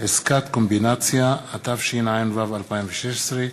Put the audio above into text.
(עסקת קומבינציה), התשע"ו 2016,